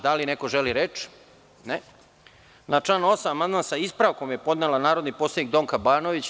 Da li neko želi reč? (Ne) Na član 8. amandman sa ispravkom podnela je narodni poslanik Donka Banović.